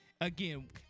again